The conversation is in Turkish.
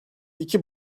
iki